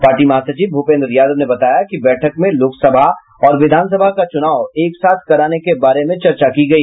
party महासचिव भूपेन्द्र यादव ने बताया कि बैठक में लोकसभा और विधानसभा का चुनाव एकसाथ कराने के बारे में चर्चा की गई